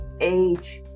age